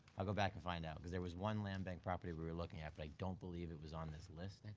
i'll go back and find out. cause there was one land bank property we were looking at, but i don't believe it was on this list. and